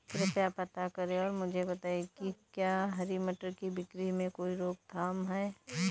कृपया पता करें और मुझे बताएं कि क्या हरी मटर की बिक्री में कोई रोकथाम है?